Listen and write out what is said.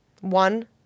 one